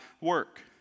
work